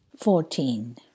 fourteen